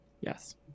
Yes